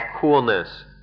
coolness